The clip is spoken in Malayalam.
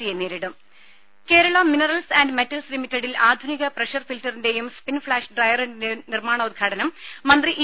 സിയെ നേരിടും രും കേരളാ മിനറൽസ് ആന്റ് മെറ്റൽസ് ലിമിറ്റഡിൽ ആധുനിക പ്രഷർ ഫിൽറ്ററിന്റേയും സ്പിൻ ഫ്ളാഷ് ഡ്രയറിന്റേയും നിർമാണോദ്ഘാടനം മന്ത്രി ഇ